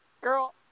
Girl